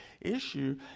issue